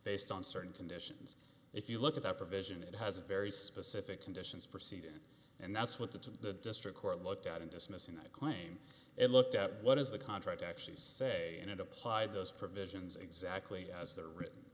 based on certain conditions if you look at that provision it has a very specific conditions proceeding and that's what the district court looked at in dismissing that claim and looked at what is the contract actually say and it applied those provisions exactly as they're written